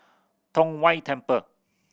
Tong Whye Temple